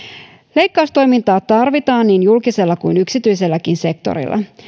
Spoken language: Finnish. leikkaustoimintaa tarvitaan niin julkisella kuin yksityiselläkin sektorilla